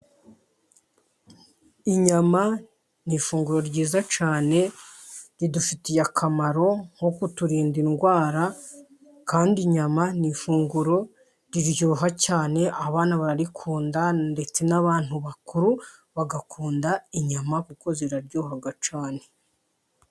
Inyama ni ifunguro ryiza cyane ridufitiye akamaro nko kuturinda indwara kandi inyama ni ifunguro riryoha cyane, abana bararikunda ndetse n'abantu bakuru bagakunda inyama kuko ziraryoha cyane.